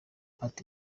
ati